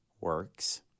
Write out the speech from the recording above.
works